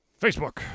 Facebook